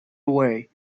away